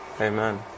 Amen